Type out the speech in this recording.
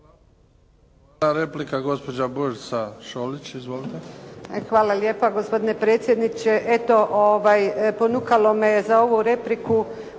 Hvala lijepa gospodine predsjedniče.